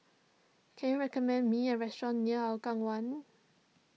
can you recommend me a restaurant near Hougang one